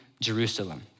Jerusalem